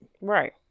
Right